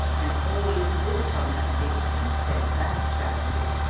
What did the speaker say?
and all who looked on her bepissed their bag-trousers,